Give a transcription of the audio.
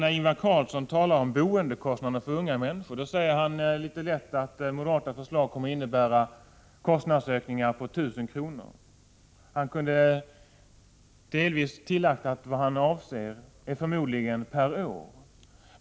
När Ingvar Carlsson talar om boendekostnaderna för unga människor säger han litet lätt att de moderata förslagen kommer att innebära kostnadsökningar på 1 000 kr. Vad han avser är förmodligen kostnaden per år.